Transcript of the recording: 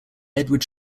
edward